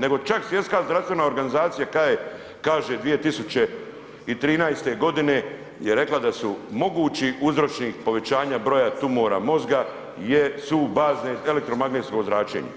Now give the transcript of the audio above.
Nego čak Svjetska zdravstvena organizacija kaže 2013.g. je rekla da su mogući uzročnik povećanja broja tumora mozga jesu bazne, elektromagnetsko zračenje